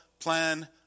plan